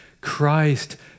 Christ